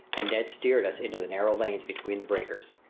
and ned steered us into the narrow lanes between the breakers.